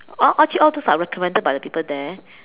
all all actually all those are recommended by the people there